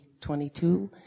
22